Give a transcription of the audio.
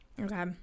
okay